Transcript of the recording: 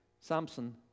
Samson